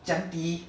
这样低